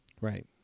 Right